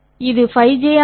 பரவாயில்லை